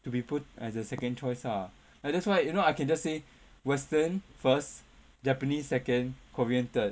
to be put as a second choice ah and that's why you know I can just say western first japanese second korean third